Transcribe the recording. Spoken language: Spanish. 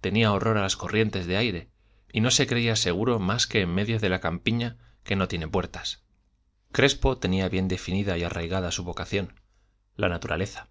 tenía horror a las corrientes de aire y no se creía seguro más que en medio de la campiña que no tiene puertas crespo tenía bien definida y arraigada su vocación la naturaleza